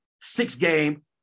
six-game